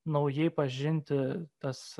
naujai pažinti tas